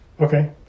Okay